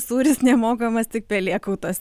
sūris nemokamas tik pelėkautuos